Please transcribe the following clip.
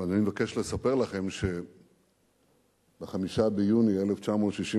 אני מבקש לספר לכם שב-5 ביוני 1967